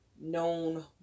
known